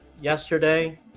yesterday